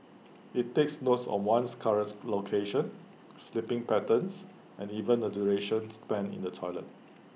IT takes noce of one's current location sleeping patterns and even the duration spent in the toilet